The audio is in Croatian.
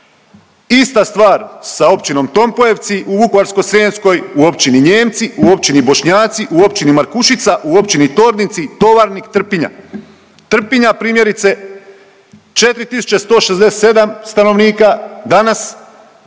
Ista stvar sa općinom Tompojevci u Vukovarsko-srijemskoj u općini Njemci, u općini Bošnjaci, u općini Markušica, u općini Tordinci, Tovarnik, Trpinja. Trpinja primjerice 4.167 stanovnika danas,